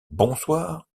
bonsoir